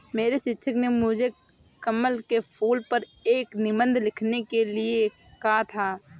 मेरे शिक्षक ने मुझे कमल के फूल पर एक निबंध लिखने के लिए कहा था